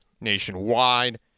nationwide